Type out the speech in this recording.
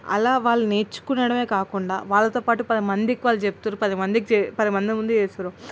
అలా వాళ్ళు నేర్చుకోవడమే కాకుండా వాళ్ళతో పాటు పది మందికి వాళ్ళు చెప్తారుచెప్తున్నారు పది మందికి చె పదిమంది ముందు చేస్తున్నారు